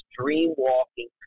dream-walking